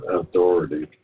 authority